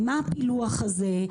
מה ה פילוח הזה?